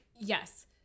Yes